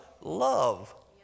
Love